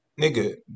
nigga